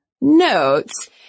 notes